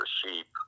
sheep